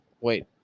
Wait